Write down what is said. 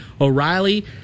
O'Reilly